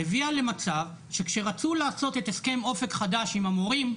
הביאה למצב שכשרצו לעשות את הסכם "אופק חדש" עם המורים,